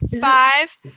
Five